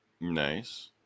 nice